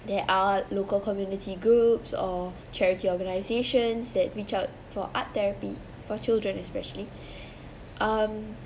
there are local community groups or charity organisation said reach out for art therapy for children especially um